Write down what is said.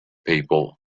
people